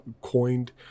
coined